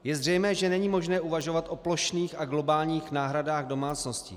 Je zřejmé, že není možné uvažovat o plošných a globálních náhradách domácností.